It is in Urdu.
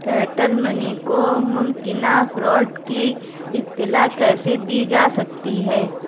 ایئرٹیل منی کو ممکنہ فراڈ کی اطلاع کیسے دی جا سکتی ہے